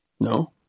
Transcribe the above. No